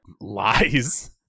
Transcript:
Lies